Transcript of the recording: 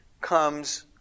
comes